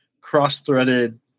cross-threaded